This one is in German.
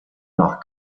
nach